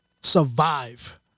survive